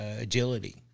agility